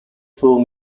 film